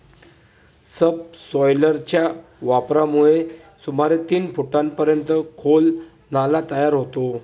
सबसॉयलरच्या वापरामुळे सुमारे तीन फुटांपर्यंत खोल नाला तयार होतो